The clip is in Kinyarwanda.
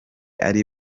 ari